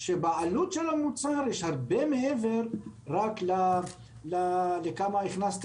שבעלות של המוצר יש הרבה מעבר רק למה הכנסת